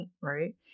right